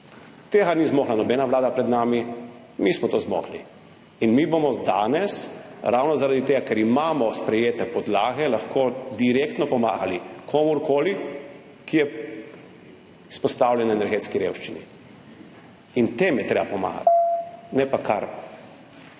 Tega ni zmogla nobena vlada pred nami. Mi smo to zmogli. In mi bomo danes ravno zaradi tega, ker imamo sprejete podlage, lahko direktno pomagali komurkoli, ki je izpostavljen energetski revščini. In tem je treba pomagati, ne pa kar